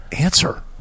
Answer